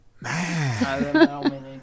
Man